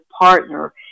partner